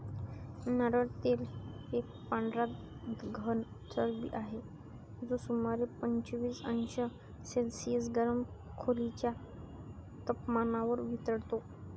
नारळ तेल एक पांढरा घन चरबी आहे, जो सुमारे पंचवीस अंश सेल्सिअस गरम खोलीच्या तपमानावर वितळतो